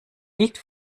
nicht